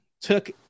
took